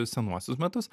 senuosius metus